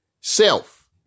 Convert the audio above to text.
self